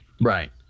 right